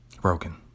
broken